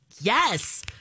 Yes